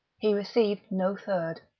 he received no third.